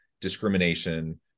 discrimination